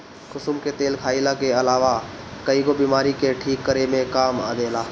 कुसुम के तेल खाईला के अलावा कईगो बीमारी के ठीक करे में काम देला